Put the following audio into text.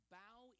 bow